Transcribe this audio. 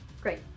Great